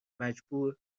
مجبور